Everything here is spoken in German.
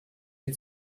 wir